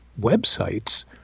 websites